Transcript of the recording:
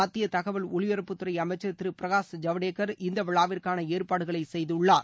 மத்திய தகவல் ஒலிப்பரப்புத்துறை அமைச்ச் திரு பிரகாஷ் ஜவ்டேக் இந்த விழாவிற்கான ஏற்பாடுகளை செய்துள்ளார்